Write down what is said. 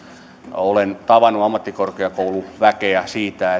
olen tavannut ammattikorkeakouluväkeä siitä